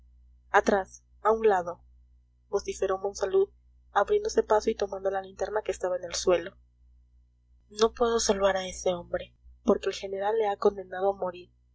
atrás a un lado vociferó monsalud abriéndose paso y tomando la linterna que estaba en el suelo no puedo salvar a ese hombre porque el general le ha condenado a morir